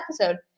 episode